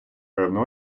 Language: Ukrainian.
певну